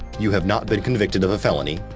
you have not been convicted of a felony,